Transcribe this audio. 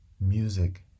music